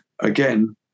again